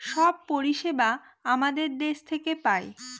সব পরিষেবা আমাদের দেশ থেকে পায়